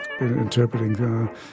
interpreting